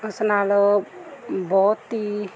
ਉਸ ਨਾਲ ਬਹੁਤ ਹੀ